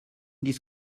this